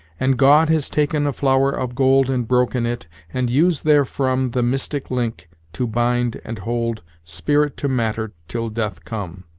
and god has taken a flower of gold and broken it, and used therefrom the mystic link to bind and hold spirit to matter till death come.